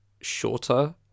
shorter